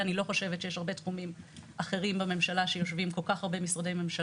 זה אני חושב שנותן את המענה לשאלה